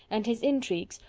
and his intrigues,